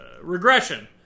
Regression